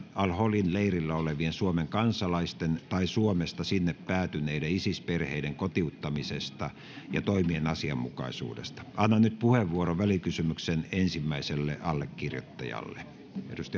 al holin leirillä olevien suomen kansalaisten tai suomesta sinne päätyneiden isis perheiden kotiuttamisesta ja toimien asianmukaisuudesta annan nyt puheenvuoron välikysymyksen ensimmäiselle allekirjoittajalle